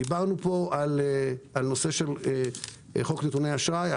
דיברנו פה על חוק נתוני אשראי.